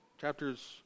Chapters